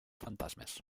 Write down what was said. fantasmes